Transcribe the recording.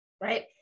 Right